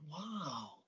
wow